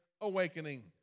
Awakening